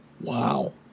wow